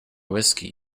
whiskey